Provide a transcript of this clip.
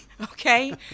Okay